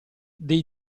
dei